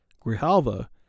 Grijalva